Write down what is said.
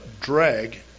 drag